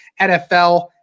NFL